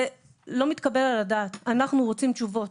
זה לא מתקבל על הדעת, אנחנו רוצים תשובות.